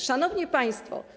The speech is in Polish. Szanowni Państwo!